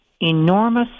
enormous